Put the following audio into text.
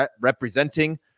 representing